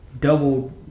doubled